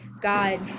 God